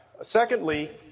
Secondly